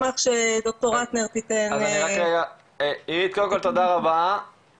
אירית קודם כל תודה רבה,